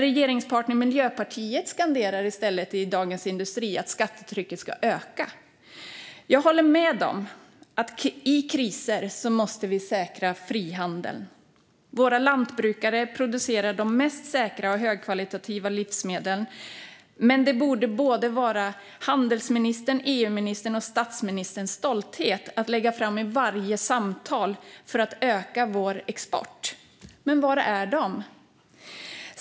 Regeringspartnern Miljöpartiet skanderar i stället i Dagens industri att skattetrycket ska öka. Jag håller med om att vi i kriser måste säkra frihandeln. Våra lantbrukare producerar de säkraste och mest högkvalitativa livsmedlen, men de borde vara handelsministerns, EU-ministerns och statsministerns stolthet att lägga fram i varje samtal för att öka vår export. Men var är de?